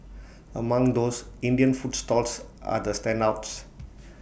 among those Indian food stalls are the standouts